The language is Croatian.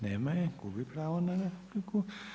Nema je, gubi pravo na repliku.